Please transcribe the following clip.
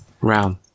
round